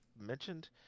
mentioned